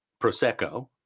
Prosecco